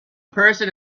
person